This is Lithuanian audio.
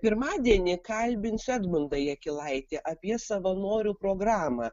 pirmadienį kalbinsiu edmundą jakilaitį apie savanorių programą